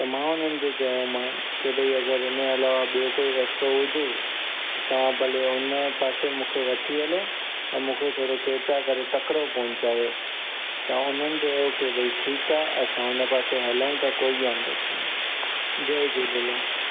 त मां उन्हनि खे चयो मान के भई हिनजे अलावा ॿियो कोई रस्तो हुजे त तव्हां भले हुन पासे मूंखे वठी हलो ऐं मूंखे थोरो किरपा करे तकिड़ो पहुचायो त उन्हनि चयो की भई ठीकु आहे असां हुन पासे हलूं था कोई वांदो कोने जय झूलेलाल